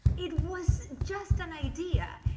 it was just an idea.